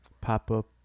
Pop-up